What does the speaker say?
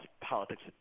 politics